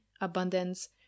abundance